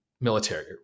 military